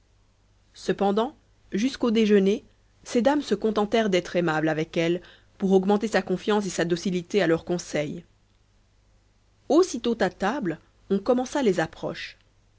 cependant jusqu'au déjeuner ces dames se contentèrent d'être aimables avec elle pour augmenter sa confiance et sa docilité à leurs conseils aussitôt à table on commença les approches